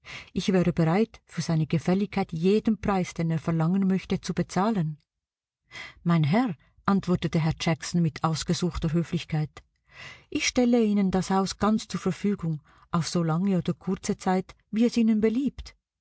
ich wäre bereit für seine gefälligkeit jeden preis den er verlangen möchte zu bezahlen mein herr antwortete herr jackson mit ausgesuchter höflichkeit ich stelle ihnen das haus ganz zur verfügung auf so lange oder kurze zeit wie es ihnen beliebt